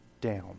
down